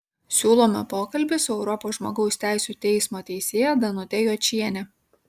siūlome pokalbį su europos žmogaus teisių teismo teisėja danute jočiene